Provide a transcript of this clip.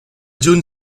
juny